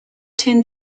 tend